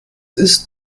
ist